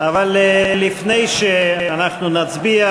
אבל לפני שאנחנו נצביע,